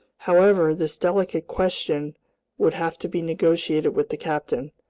however, this delicate question would have to be negotiated with the captain.